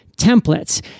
templates